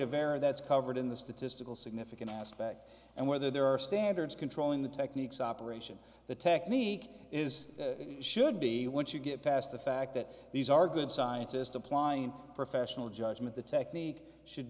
error that's covered in the statistical significant aspect and whether there are standards controlling the techniques operation the technique is should be once you get past the fact that these are good scientist applying in professional judgment the technique should